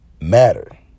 matter